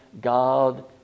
God